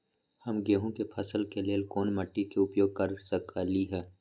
हम गेंहू के फसल के लेल कोन मिट्टी के उपयोग कर सकली ह?